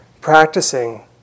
practicing